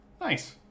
Nice